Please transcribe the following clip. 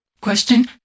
Question